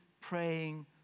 praying